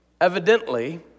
evidently